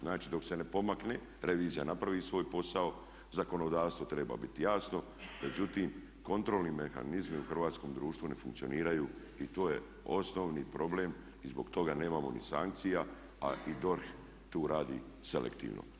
Znači dok se ne pomakne, revizija napravi svoj posao, zakonodavstvo treba biti jasno, međutim kontrolni mehanizmi u hrvatskom društvu ne funkcioniraju i to je osnovni problem i zbog toga nemamo ni sankcija a i DORH tu radi selektivno.